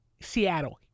Seattle